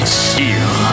steel